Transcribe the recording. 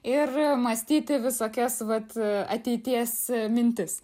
ir mąstyti visokias vat ateities mintis